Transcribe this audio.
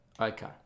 Okay